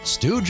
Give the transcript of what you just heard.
Stu